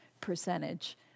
percentage